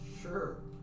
Sure